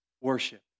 Worship